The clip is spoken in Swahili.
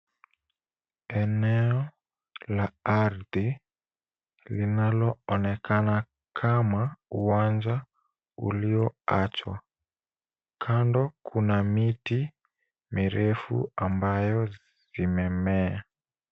Eneo la ardhi linaloonekana kama uwanja ulioachwa. Kando miti mirefu ambayo zimemea.